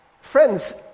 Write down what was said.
Friends